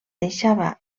deixava